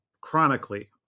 chronically